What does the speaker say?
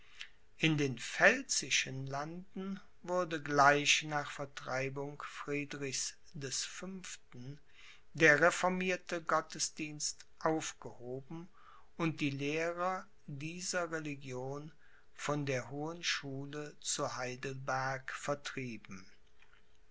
in den pfälzischen landen wurde gleich nach vertreibung friedrichs des fünften der reformierte gottesdienst aufgehoben und die lehrer dieser religion von der hohen schule zu heidelberg vertrieben